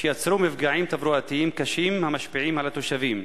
שיצרו מפגעים תברואתיים קשים המשפיעים על התושבים.